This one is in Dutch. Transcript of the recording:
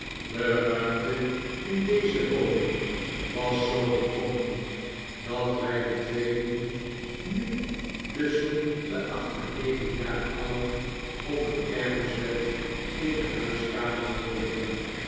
de ruimte in deze woning was zoo bekrompen dat wij de tweelingen nu tusschen de acht en negen jaar oud op een kermisbed in de huiskamer vonden liggen